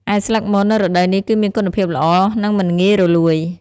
ឯស្លឹកមននៅរដូវនេះគឺមានគុណភាពល្អ និងមិនងាយរលួយ។